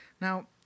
Now